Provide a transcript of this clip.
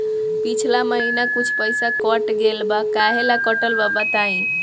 पिछला महीना कुछ पइसा कट गेल बा कहेला कटल बा बताईं?